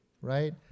Right